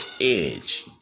edge